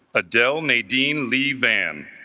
adele nadine leevan,